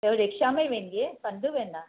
पोइ रिक्शा में ई वेंदीअं पंधु वेंदा